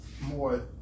more